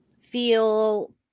feel